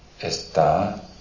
está